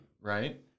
right